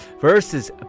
Versus